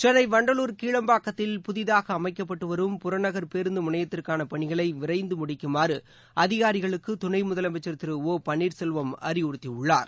சென்னைண்டலூர் கீளம்பாக்கத்தில் புதிதாகஅமைக்கப்பட்டுவரும் புறநகர் பேருந்துமுனையத்திற்கானபணிகளைவிரைந்துமுடிக்குமாறுஅதிகாரிகளுக்குதுணைமுதலமைச்சா் திரு பன்னீர் செல்வம் அறிவுறுத்தியுள்ளார்